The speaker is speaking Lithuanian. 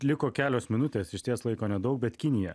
liko kelios minutės išties laiko nedaug bet kinija